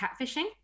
catfishing